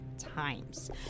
times